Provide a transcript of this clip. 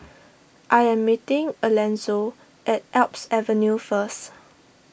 I am meeting Elonzo at Alps Avenue first